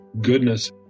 Goodness